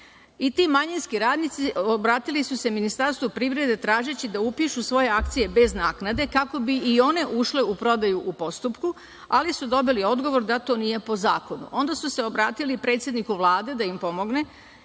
I, ti manjinski radnici obratili su se Ministarstvu privrede tražeći da upišu svoje akcije bez naknade kako bi i one ušle u prodaju u postupku, ali su dobili odgovor da to nije po zakonu. Onda su se obratili predsedniku Vlade da im pomogne,